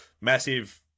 massive